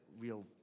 real